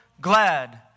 glad